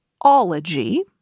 ology